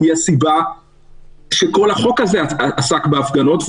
היא שכל החוק הזה עסק בהפגנות,